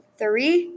three